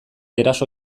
eraso